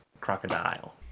crocodile